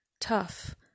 tough